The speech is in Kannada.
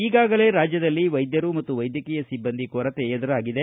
ಈಗಾಗಲೇ ರಾಜ್ಯದಲ್ಲಿ ವೈದ್ಯರು ಮತ್ತು ವೈದ್ಯಕೀಯ ಸಿಬ್ಬಂದಿ ಕೊರತೆ ಎದುರಾಗಿದೆ